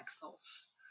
false